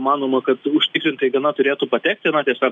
manoma kad užtikrintai gana turėtų patekti ir na tiesa